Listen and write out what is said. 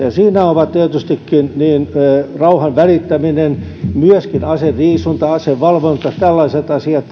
ja siinä ovat tärkeitä tietystikin rauhan välittäminen aseriisunta asevalvonta tällaiset asiat